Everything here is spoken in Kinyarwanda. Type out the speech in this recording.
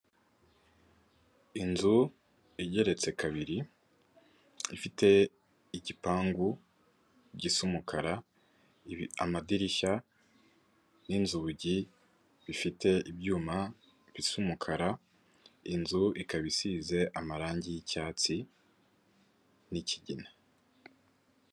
Inzu igeretse kabiri ifite igipangu gisa umukara amadirishya n'inzugi bifite ibyuma bisa umukara, inzu ikaba isize amarangi y'icyatsi n'ikigina.